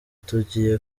tugiye